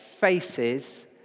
faces